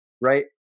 right